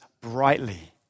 brightly